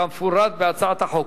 כמפורט בהצעת החוק.